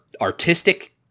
artistic